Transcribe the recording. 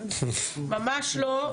ממש לא,